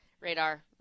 radar